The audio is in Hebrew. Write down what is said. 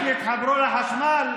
שאנשים יתחברו לחשמל?